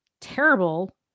terrible